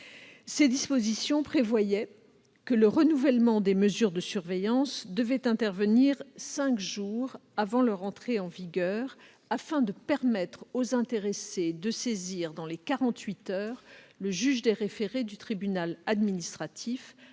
Ces dispositions prévoyaient que le renouvellement des mesures de surveillance devait intervenir cinq jours avant leur entrée en vigueur, afin que les intéressés puissent saisir dans les quarante-huit heures le juge des référés du tribunal administratif,